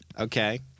okay